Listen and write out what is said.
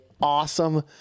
awesome